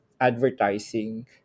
advertising